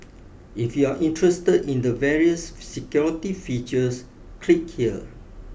if you're interested in the various security features click here